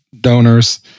donors